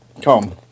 Tom